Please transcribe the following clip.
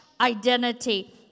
identity